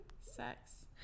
sex